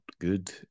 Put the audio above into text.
good